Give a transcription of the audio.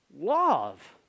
love